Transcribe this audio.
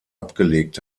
abgelegt